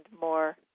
more